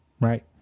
right